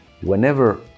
whenever